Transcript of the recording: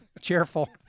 cheerful